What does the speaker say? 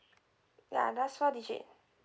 ya last four digit